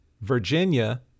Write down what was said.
Virginia